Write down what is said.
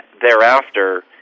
thereafter